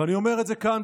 ואני אומר את זה כאן,